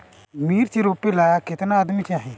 मिर्च रोपेला केतना आदमी चाही?